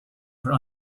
for